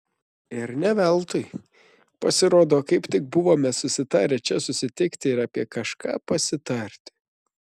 ir ne veltui pasirodo kaip tik buvome susitarę čia susitikti ir apie kažką pasitarti